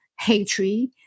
hatred